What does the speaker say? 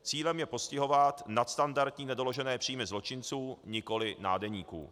Cílem je postihovat nadstandardní nedoložené příjmy zločinců, nikoli nádeníků.